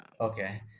Okay